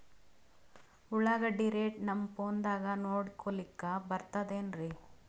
ಉಳ್ಳಾಗಡ್ಡಿ ರೇಟ್ ನಮ್ ಫೋನದಾಗ ನೋಡಕೊಲಿಕ ಬರತದೆನ್ರಿ?